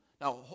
Now